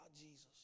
Jesus